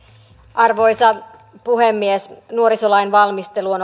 arvoisa puhemies nuorisolain valmistelu on